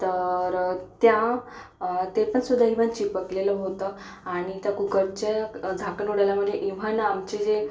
तर त्या ते पण सुद्धा ईवन चिपकलेलं होतं आणि त्या कुक्करच्या झाकण उडाल्यामुळे ईवन आमचे जे